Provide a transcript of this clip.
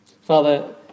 Father